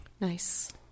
Nice